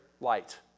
light